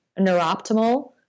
NeuroOptimal